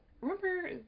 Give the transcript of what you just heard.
remember